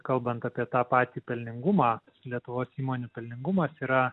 kalbant apie tą patį pelningumą lietuvos įmonių pelningumas yra